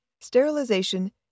sterilization